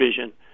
vision